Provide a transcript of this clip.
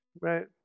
right